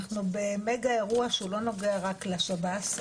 אנחנו במגה אירוע שלא נוגע רק לשב"ס.